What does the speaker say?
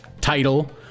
title